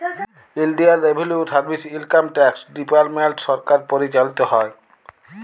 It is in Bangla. ইলডিয়াল revenue service, income tax department সরকার পরিচালিত হ্যয়